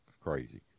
crazy